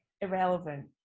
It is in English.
irrelevant